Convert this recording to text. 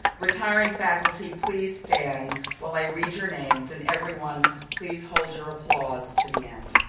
retiring faculty please stand while i read your names and everyone please hold your applause to the end.